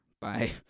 Bye